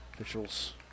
Officials